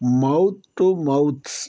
mouth to mouths